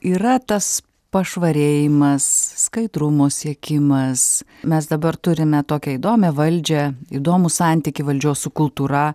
yra tas pašvarėjimas skaidrumo siekimas mes dabar turime tokią įdomią valdžią įdomų santykį valdžios su kultūra